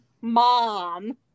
mom